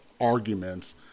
arguments